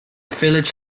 village